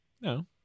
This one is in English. No